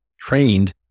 trained